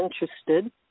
interested